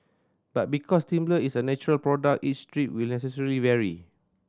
but because timber is a natural product each strip will necessarily vary